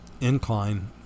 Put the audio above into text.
incline